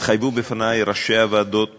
התחייבו בפני ראשי הוועדות